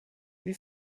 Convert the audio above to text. wie